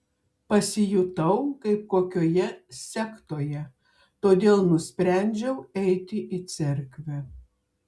pasijutau kaip kokioje sektoje todėl nusprendžiau eiti į cerkvę